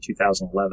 2011